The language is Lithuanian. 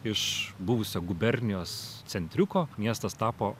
iš buvusio gubernijos centriuko miestas tapo